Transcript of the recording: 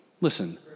Listen